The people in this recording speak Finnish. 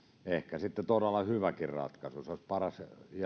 ehkä sitten todella hyväkin ratkaisu se olisi paras